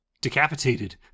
decapitated